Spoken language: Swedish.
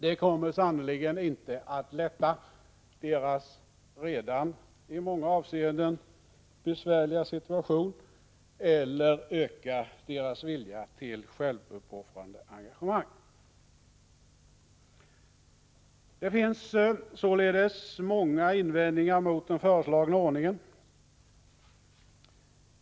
Det kommer sannerligen inte att underlätta deras redan i många avseenden besvärliga situation eller öka deras vilja till självuppoffrande engagemang. Det finns således många invändningar mot den föreslagna ordningen.